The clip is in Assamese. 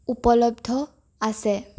উপলব্ধ আছে